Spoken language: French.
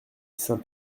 saint